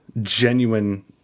genuine